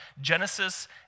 Genesis